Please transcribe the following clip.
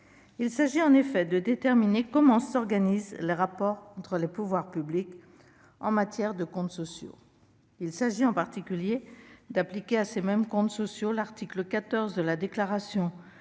Il s'agit en effet de déterminer comment s'organisent les rapports entre les pouvoirs publics en matière de comptes sociaux. Il s'agit en particulier d'appliquer à ces comptes l'article XIV de la Déclaration